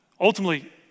ultimately